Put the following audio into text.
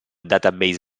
database